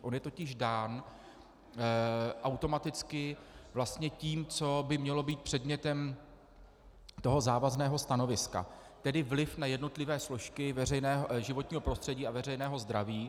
On je totiž dán automaticky vlastně tím, co by mělo být předmětem toho závazného stanoviska, tedy vliv na jednotlivé složky životního prostředí a veřejného zdraví...